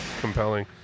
compelling